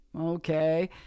okay